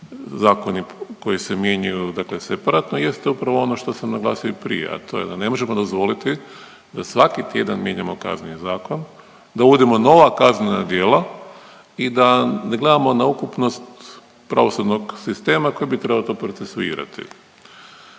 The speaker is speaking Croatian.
zakoni koji se mijenjaju dakle separatno jeste upravo ono što sam naglasio i prije, a to je da ne možemo dozvoliti da svaki tjedan mijenjamo Kazneni zakon, da uvodimo nova kaznena djela i da ne gledamo na ukupnost pravosudnog sistema koji bi trebao to procesuirati.